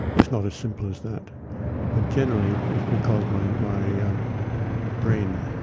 it's not as simple as that but generally it's because my my brain